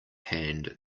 hand